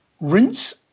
rinse